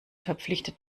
verpflichtet